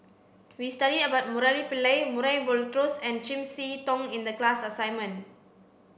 we studied about Murali Pillai Murray Buttrose and Chiam See Tong in the class assignment